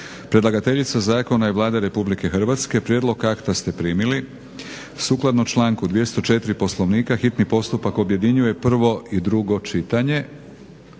Predlagateljica Zakona je Vlada Republike Hrvatske. Prijedlog akta ste primili. Sukladno članku 204. Poslovnika hitni postupak objedinjuje prvo i drugo čitanje.